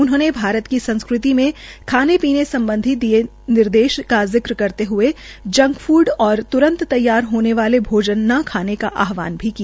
उन्होंने भारत की संस्कृति मे खाने पीने सम्बधी दिये निर्देश का जिक्र करते हये जंक और त्रंत तैयार होने वाले भोजन न खाने का आहवान भी किया